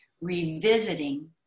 revisiting